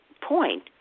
point